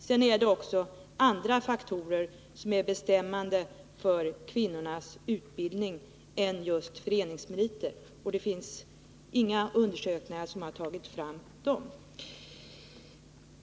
Vidare finns det också andra faktorer utöver föreningsmeriterna som är bestämmande för kvinnornas utbildning, men det finns inga undersökningar där dessa faktorer har påvisats.